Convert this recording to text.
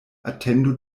atendu